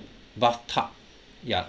bathtub ya